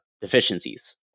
deficiencies